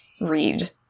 read